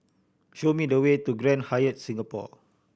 show me the way to Grand Hyatt Singapore